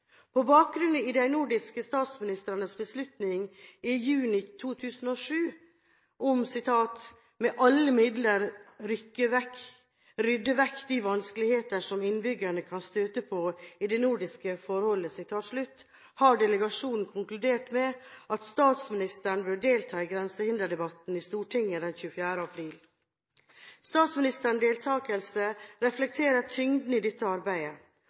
bakgrunn i de nordiske statsministrenes beslutning i juni 2007 om å «med alle midler rydde vekk de vanskeligheter som innbyggerne kan støte på i det nordiske forholdet» har delegasjonen konkludert med at statsministeren bør delta i grensehinderdebatten i Stortinget den 24. april. Statsministerens deltakelse reflekterer tyngden i dette arbeidet.